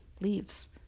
leaves